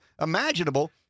imaginable